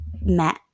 met